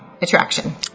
Attraction